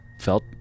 felt